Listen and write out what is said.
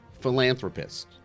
philanthropist